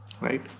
right